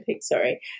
sorry